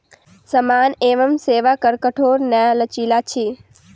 सामान एवं सेवा कर कठोर नै लचीला अछि